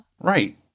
right